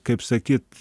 kaip sakyt